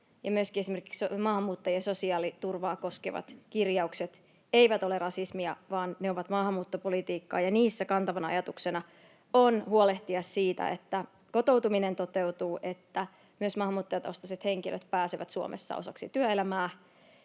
maahanmuuttajien sosiaaliturvaa koskevat kirjaukset eivät ole rasismia, vaan ne ovat maahanmuuttopolitiikkaa, ja niissä kantavana ajatuksena on huolehtia siitä, että kotoutuminen toteutuu, että myös maahanmuuttajataustaiset henkilöt pääsevät Suomessa osaksi työelämää,